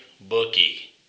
bookie